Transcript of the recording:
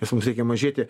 nes mums reikia mažėti